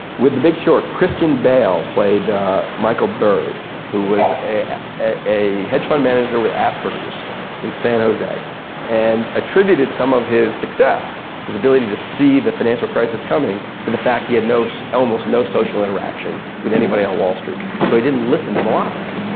with the big short, christian bale played micheal burry who was a a hedge fund manager with asperger's in san jose and attributed some of his success, his ability to see the financial crisis coming to the fact he had so almost no social interaction with anybody on wall street. so he didn't listen to the lies.